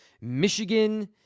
Michigan